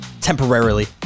temporarily